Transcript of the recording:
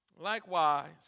Likewise